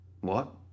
What